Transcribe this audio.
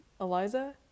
Eliza